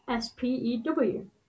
SPEW